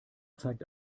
zeigt